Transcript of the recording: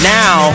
now